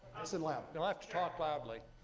nice and loud. you'll have to talk loudly.